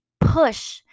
push